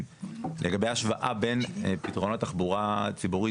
לגבי השוואה בין פתרונות תחבורה ציבורית.